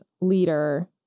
leader